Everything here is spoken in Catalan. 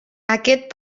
aquest